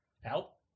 Help